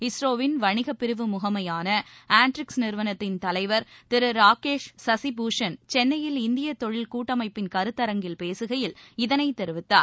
இஸ்ரோவின் வணிக பிரிவு முகமையான ஆன்டிரிக்ஸ் நிறுவனத்தின் தலைவர் திரு ராகேஷ் சசிபூஷன் சென்னையில் இந்திய தொழில் கூட்டமைப்பின் கருத்தரங்கில் பேககையில் இதனை தெரிவித்தார்